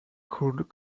could